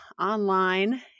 online